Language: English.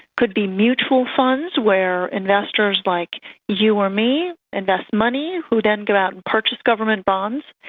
could be mutual funds where investors like you or me invest money, who then go out and purchase government bonds.